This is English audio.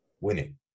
winning